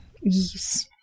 Yes